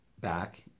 Back